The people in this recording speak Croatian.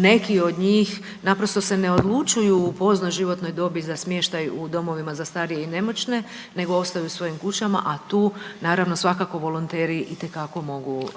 neki od njih naprosto se ne odlučuju u poznoj životnoj dobi za smještaj u domovima za starije i nemoćne, nego ostaju u svojim kućama, a tu naravno, svakako volonteri itekako mogu